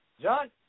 John